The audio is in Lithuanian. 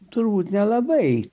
turbūt nelabai